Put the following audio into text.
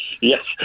Yes